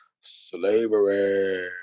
slavery